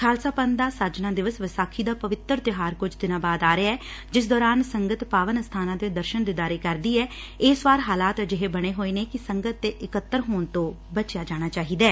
ਖਾਲਸਾ ਪੰਬ ਦਾ ਸਾਜਨਾ ਦਿਵਸ ਵਿਸਾਖੀ ਦਾ ਪਵਿੱਤਰ ਤਿਉਹਾਰ ਕੁਝ ਦਿਨਾਂ ਬਾਅਦ ਆ ਰਿਹੈ ਜਿਸ ਦੌਰਾਨ ਸੰਗਤ ਪਾਵਨ ਅਸਥਾਨਾਂ ਤੇ ਦਰਸ਼ਨ ਦੀਦਾਰੇ ਕਰਦੀ ਐ ਇਸ ਵਾਰ ਹਾਲਾਤ ਅਜਿਹੇ ਬਣੇ ਹੋਏ ਨੇ ਕਿ ਸੰਗਤ ਦੇ ਇਕੱਤਰ ਹੋਣ ਤੋਂ ਬਚਿਆ ਜਾਣਾ ਚਾਹੀਦੈ